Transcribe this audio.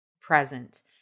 present